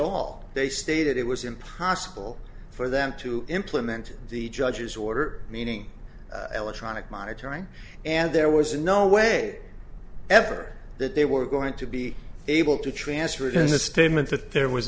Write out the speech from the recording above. all they stated it was impossible for them to implement the judge's order meaning electronic monitoring and there was no way ever that they were going to be able to t